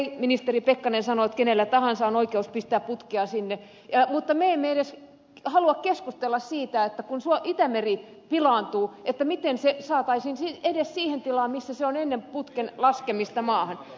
ministeri pekkarinen sanoi että kenellä tahansa on oikeus pistää putkea sinne mutta me emme edes halua keskustella siitä että kun itämeri pilaantuu niin miten se saataisiin edes siihen tilaan missä se on ennen putken laskemista maahan